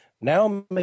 now